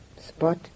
Spot